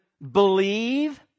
Believe